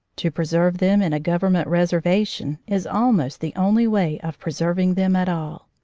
to preserve them in a government reservation is almost the only way of pre serving them at all.